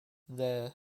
there